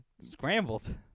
Scrambled